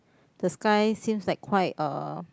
the sky seems like quite uh